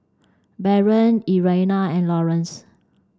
Barron Irena and Laurance